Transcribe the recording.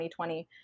2020